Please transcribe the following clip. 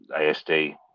ASD